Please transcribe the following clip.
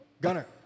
Gunner